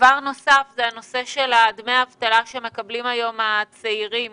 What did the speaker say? דבר נוסף הוא נושא דמי האבטלה שמקבלים היום הצעירים